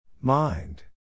Mind